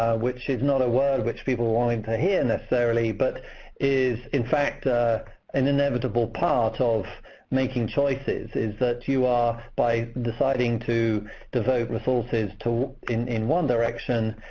which is not a word which people are wanting to hear necessarily, but is in fact an inevitable part of making choices, is that you are by deciding to devote resources in in one direction,